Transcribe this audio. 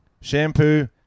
Shampoo